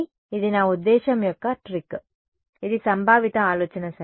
కాబట్టి ఇది నా ఉద్దేశ్యం యొక్క ట్రిక్ ఇది సంభావిత ఆలోచన సరే